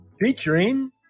Featuring